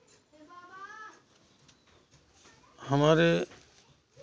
हमारे